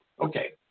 Okay